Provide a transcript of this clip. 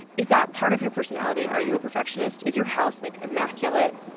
is that part of your personality? are you a perfectionist? is your house, like, immaculate,